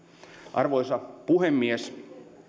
arvoisa puhemies